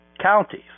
counties